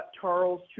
Charles